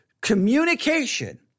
communication